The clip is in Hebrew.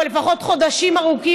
או לפחות חודשים ארוכים,